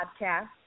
podcast